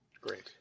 Great